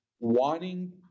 wanting